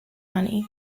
money